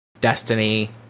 Destiny